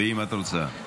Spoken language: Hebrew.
אם את רוצה.